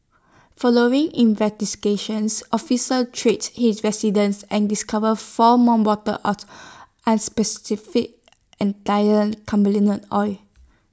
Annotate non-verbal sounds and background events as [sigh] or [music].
following investigations officers treat his residence and discovered four more bottles out as [unintelligible] cannabis oil